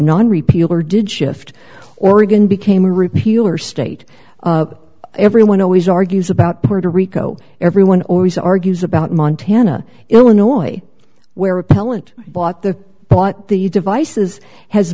non repeal or did shift oregon became repeal or state everyone always argues about puerto rico everyone always argues about montana illinois where appellant bought the but the devices has